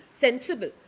sensible